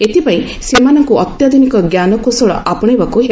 ଏଥିପାଇଁ ସେମାନଙ୍କ ଅତ୍ୟାଧୁନିକ ଜ୍ଞାନକୌଶଳ ଆପଶେଇବାକୁ ହେବ